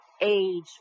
age